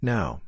Now